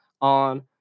on